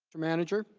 manager,